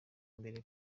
mbere